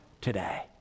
today